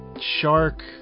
shark